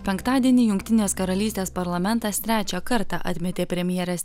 penktadienį jungtinės karalystės parlamentas trečią kartą atmetė premjerės